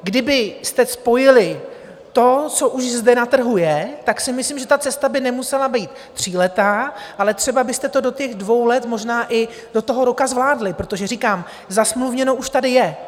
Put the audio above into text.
Kdybyste spojili to, co už zde na trhu je, tak si myslím, že ta cesta by nemusela být tříletá, ale třeba byste to do dvou let, možná i do roku zvládli, protože říkám zasmluvněno už tady je.